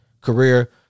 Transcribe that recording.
career